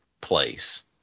place